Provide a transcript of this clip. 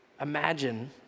Imagine